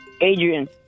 Adrian